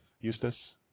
Eustace